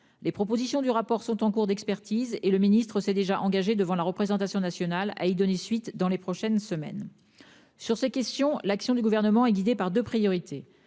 Les propositions du rapport sont en cours d'expertise et le ministre s'est déjà engagé devant la représentation nationale ah y donner suite, dans les prochaines semaines. Sur ces questions. L'action du gouvernement est guidée par deux priorités,